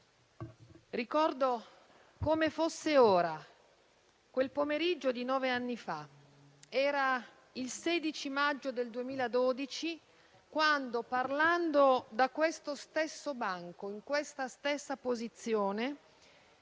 ricordo come fosse ora quel pomeriggio di nove anni fa. Era il 16 maggio del 2012, quando, parlando da questo stesso banco, in questa stessa posizione,